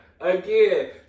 again